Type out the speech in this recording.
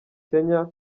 kenya